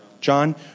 John